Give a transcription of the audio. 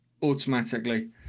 automatically